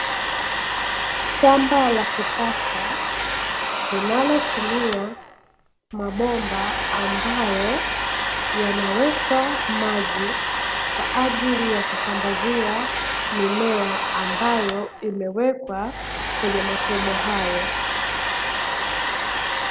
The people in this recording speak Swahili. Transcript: Shamba la kisasa linalotumia mabomba ambayo yanawekwa maji, kwa ajili ya kusambazia mimea ambayo imewekwa kwenye matobo hayo.